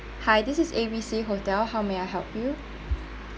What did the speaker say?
hi this is A_B_C hotel how may I help you